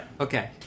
Okay